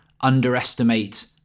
underestimate